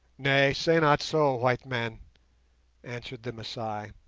nay, say not so, white man answered the masai,